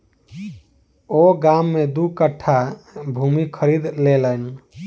ओ गाम में दू कट्ठा भूमि खरीद लेलैन